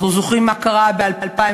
אנחנו זוכרים מה קרה ב-2012,